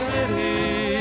City